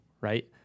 right